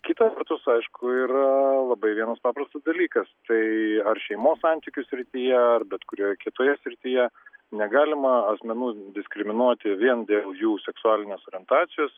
kita vertus aišku yra labai vienas paprastas dalykas tai ar šeimos santykių srityje ar bet kurioje kitoje srityje negalima asmenų diskriminuoti vien dėl jų seksualinės orientacijos